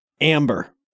Amber